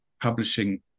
publishing